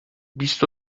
بیست